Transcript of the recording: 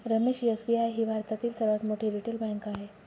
Ramesh SBI ही भारतातील सर्वात मोठी रिटेल बँक आहे